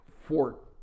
Fort